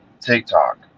TikTok